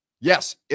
Yes